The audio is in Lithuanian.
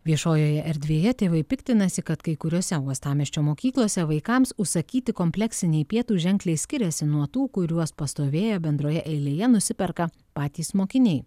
viešojoje erdvėje tėvai piktinasi kad kai kuriose uostamiesčio mokyklose vaikams užsakyti kompleksiniai pietūs ženkliai skiriasi nuo tų kuriuos pastovėję bendroje eilėje nusiperka patys mokiniai